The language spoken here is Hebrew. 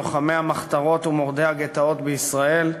לוחמי המחתרות ומורדי הגטאות בישראל,